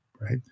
right